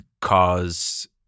cause –